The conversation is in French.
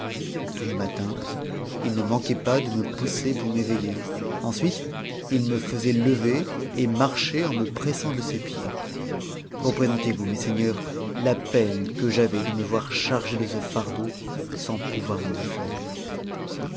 tous les matins il ne manquait pas de me pousser pour m'éveiller ensuite il n'e faisait lever et marcher en me pressant de ses pieds représentezvous messeigneurs la peine que j'avais de me voir chargé de ce fardeau sans pouvoir m'en défaire